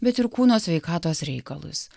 bet ir kūno sveikatos reikalus